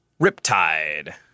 Riptide